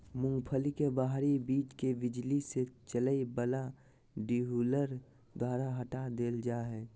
मूंगफली के बाहरी बीज के बिजली से चलय वला डीहुलर द्वारा हटा देल जा हइ